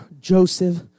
Joseph